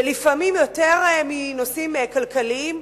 ולפעמים יותר מהנושאים הכלכליים,